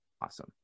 Awesome